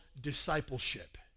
discipleship